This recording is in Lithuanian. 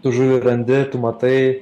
žuvį randi tu matai